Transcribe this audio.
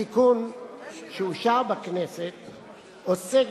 התיקון שאושר בכנסת עוסק,